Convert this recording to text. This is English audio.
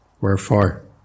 Wherefore